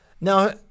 now